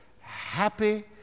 happy